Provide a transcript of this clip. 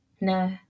no